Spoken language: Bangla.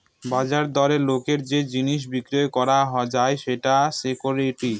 বাজার দরে লোকের যে জিনিস বিক্রি করা যায় সেটা সিকুইরিটি